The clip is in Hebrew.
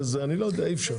אני לא יודע, אי-אפשר.